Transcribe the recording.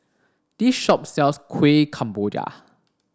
this shop sells Kueh Kemboja